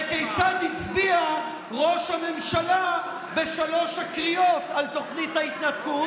וכיצד הצביע ראש הממשלה בשלוש הקריאות על תוכנית ההתנתקות,